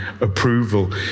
approval